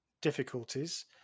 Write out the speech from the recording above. difficulties